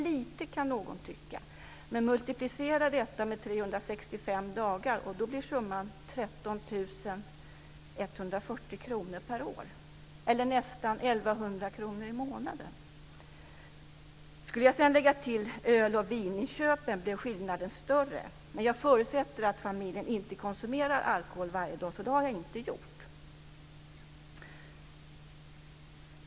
Det kan synas lite, men om man multiplicerar det med 365 dagar blir summan Lägger man sedan till öl och vininköpen blir skillnaden större, men jag förutsätter att familjen inte konsumerar alkohol varje dag, så det har jag inte räknat med.